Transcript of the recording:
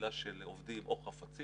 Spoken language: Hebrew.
נפילה של עובדים או חפצים.